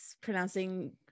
pronouncing